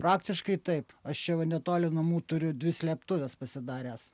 praktiškai taip aš čia va netoli namų turiu dvi slėptuves pasidaręs